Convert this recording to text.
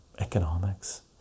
economics